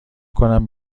کنم